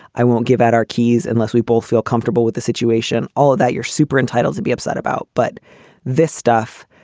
i won't give out our keys unless we both feel comfortable with the situation. all of that you're super entitled to be upset about. but this stuff,